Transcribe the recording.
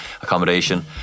accommodation